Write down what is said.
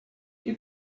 you